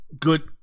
good